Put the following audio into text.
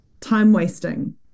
time-wasting